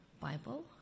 Bible